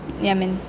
ya man